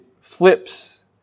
flips